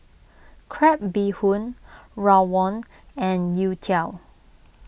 Crab Bee Hoon Rawon and Youtiao